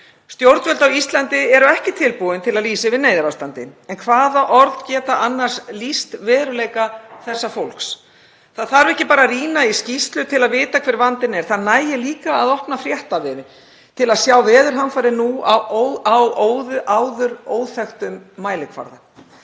Stjórnvöld á Íslandi eru ekki tilbúin að lýsa yfir neyðarástandi. En hvaða orð geta annars lýst veruleika þessa fólks? Það þarf ekki bara að rýna í skýrslu til að vita hver vandinn er, það nægir líka að opna fréttavefinn til að sjá veðurhamfarir nú á áður óþekktum mælikvarða.